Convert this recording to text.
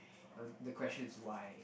uh the question is why